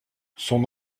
son